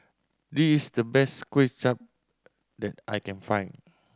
this is the best Kuay Chap that I can find